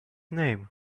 name